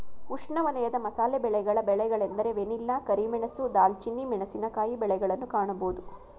ಉಷ್ಣವಲಯದ ಮಸಾಲೆ ಬೆಳೆಗಳ ಬೆಳೆಗಳೆಂದರೆ ವೆನಿಲ್ಲಾ, ಕರಿಮೆಣಸು, ದಾಲ್ಚಿನ್ನಿ, ಮೆಣಸಿನಕಾಯಿ ಬೆಳೆಗಳನ್ನು ಕಾಣಬೋದು